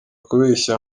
kubeshya